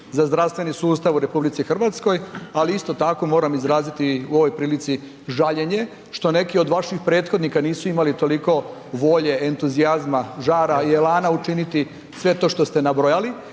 za zdravstveni sustav u RH, ali isto tako moram izraziti u ovoj prilici žaljenje što neki od vaših prethodnika nisu imali toliko volje, entuzijazma, žara i elana učiniti sve to što ste nabrojali